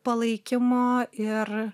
palaikymo ir